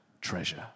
treasure